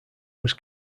was